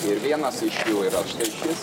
ir vienas iš jų yra štai šis